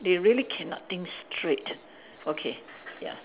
they really cannot think straight okay ya